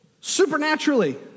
Supernaturally